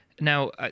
Now